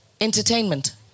Entertainment